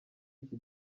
iki